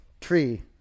Tree